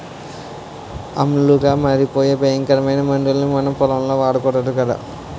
ఆమ్లాలుగా మారిపోయే భయంకరమైన మందుల్ని మనం పొలంలో వాడకూడదు కదా